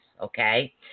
okay